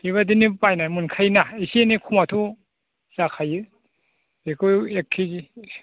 बेबायदिनो बायनानै मोनखायोना एसे एनै खमाथ' जाखायो बेखौ एक केजि